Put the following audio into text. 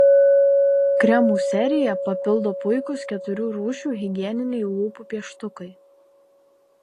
kremų seriją papildo puikūs keturių rūšių higieniniai lūpų pieštukai